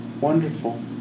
Wonderful